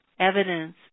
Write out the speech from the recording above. evidence